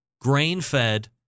grain-fed